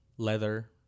Leather